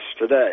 today